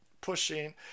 pushing